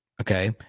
okay